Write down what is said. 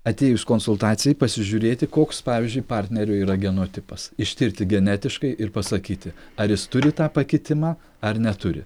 atėjus konsultacijai pasižiūrėti koks pavyzdžiui partnerių yra genotipas ištirti genetiškai ir pasakyti ar jis turi tą pakitimą ar neturi